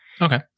Okay